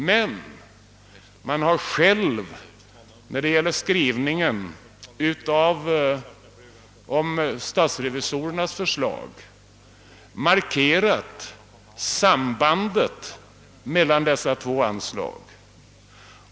Mittenpartierna har emellertid själva vid skrivningen om <sSstatsrevisorernas förslag markerat sambandet mellan dessa två anslag.